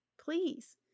please